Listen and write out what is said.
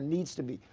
needs to be.